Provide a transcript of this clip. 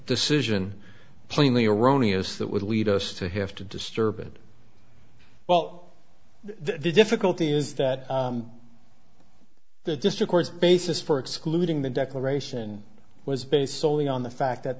decision plainly erroneous that would lead us to have to disturb it well the difficulty is that the district courts basis for excluding the declaration was based soley on the fact that